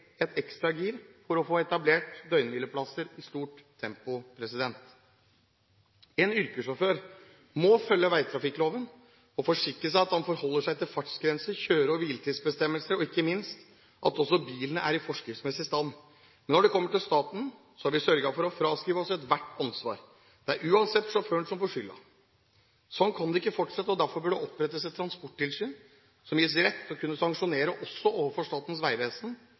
et ekstra gir for å få etablert døgnhvileplasser i stort tempo. En yrkessjåfør må følge veitrafikkloven og forsikre seg om at han holder fartsgrenser, forholder seg til kjøre- og hviletidsbestemmeler og ikke minst til at bilen er i forskriftsmessig stand. Men når det kommer til staten, har vi sørget for å fraskrive oss ethvert ansvar. Det er uansett sjåføren som får skylden. Sånn kan det ikke fortsette, og derfor bør det opprettes et transporttilsyn som gis rett til å kunne sanksjonere også overfor Statens vegvesen